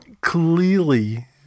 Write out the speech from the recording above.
clearly